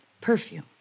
Perfume